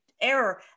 error